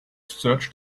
searched